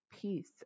peace